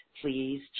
please